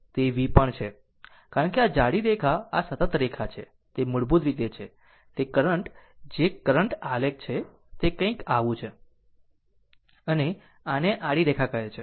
તે V પણ છે કારણ કે આ જાડી રેખા આ સતત રેખા છે તે મૂળભૂત રીતે છે તે કરંટ જે કરંટ આલેખ છે તે કંઈક આવું છે અને આને આડી રેખા કહે છે